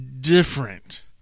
different